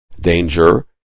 danger